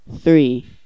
three